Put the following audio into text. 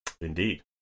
Indeed